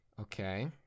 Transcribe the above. Okay